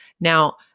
Now